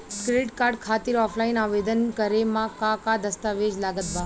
Credit card खातिर offline आवेदन करे म का का दस्तवेज लागत बा?